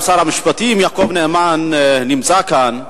גם שר המשפטים יעקב נאמן נמצא כאן.